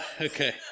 Okay